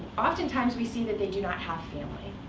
oftentimes, we see that they do not have family.